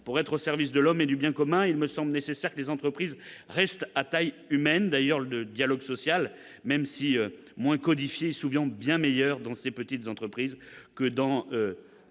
soient au service de l'homme et du bien commun, il me semble nécessaire qu'elles conservent une taille humaine. D'ailleurs, le dialogue social, même s'il y est moins codifié, est souvent bien meilleur dans les petites entreprises que dans